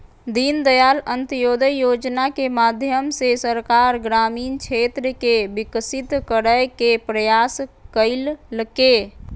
दीनदयाल अंत्योदय योजना के माध्यम से सरकार ग्रामीण क्षेत्र के विकसित करय के प्रयास कइलके